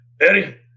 Eddie